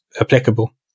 applicable